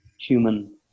human